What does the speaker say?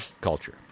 culture